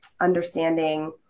understanding